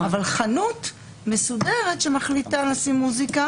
אבל חנות מסודרת שמחליטה לשים מוזיקה